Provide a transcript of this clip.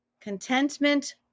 contentment